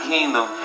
Kingdom